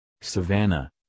savannah